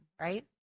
right